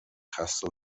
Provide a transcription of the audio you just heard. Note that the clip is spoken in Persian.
خسته